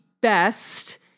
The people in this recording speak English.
best